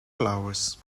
flowers